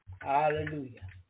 hallelujah